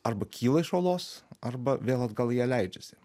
arba kyla iš olos arba vėl atgal į ją eidžiasi